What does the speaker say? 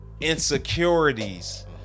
insecurities